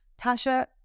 Tasha